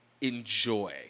enjoy